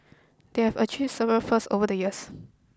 they have achieved several firsts over the years